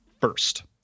first